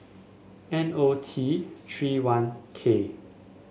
N O T Three one K